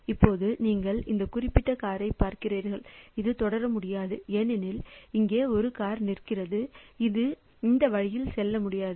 இப்போது நீங்கள் இந்த குறிப்பிட்ட காரைப் பார்க்கிறீர்கள் அது தொடர முடியாது ஏனெனில் இங்கே ஒரு கார் நிற்கிறது அது இந்த வழியில் செல்ல முடியாது